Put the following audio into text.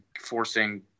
forcing